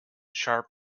sharp